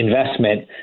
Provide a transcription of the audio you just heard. investment